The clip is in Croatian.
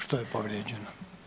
Što je povrijeđeno?